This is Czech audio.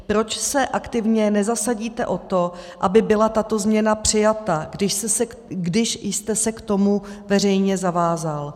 Proč se aktivně nezasadíte o to, aby byla tato změna přijata, když jste se k tomu veřejně zavázal?